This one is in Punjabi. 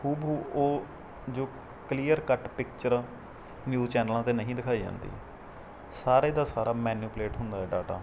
ਹੂ ਬ ਹੂ ਉਹ ਜੋ ਕਲੀਅਰ ਕੱਟ ਪਿਕਚਰ ਨਿਊਜ਼ ਚੈਨਲਾਂ 'ਤੇ ਨਹੀਂ ਦਿਖਾਈ ਜਾਂਦੀ ਸਾਰੇ ਦਾ ਸਾਰਾ ਮੈਨੂਪਲੇਟ ਹੁੰਦਾ ਹੈ ਡਾਟਾ